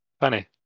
Funny